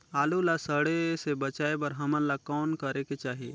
आलू ला सड़े से बचाये बर हमन ला कौन करेके चाही?